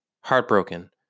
heartbroken